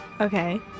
Okay